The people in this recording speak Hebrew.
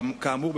כאמור,